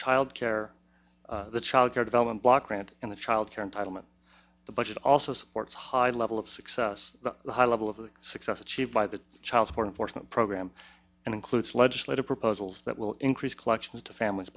child care the childcare development block grant and the childcare entitlement the budget also supports high level of success the high level of success achieved by the child support enforcement program and includes legislative proposals that will increase collections to families